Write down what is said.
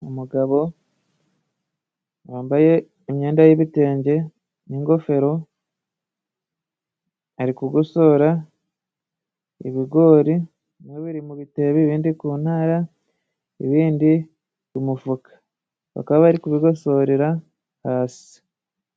Umugabo wambaye imyenda yibitenge, n'ingofero ari kugosora ibigori bimwe biri mu bite ibindi ku ntara ibindi mu mufuka bakaba bari kubigosorera hasi.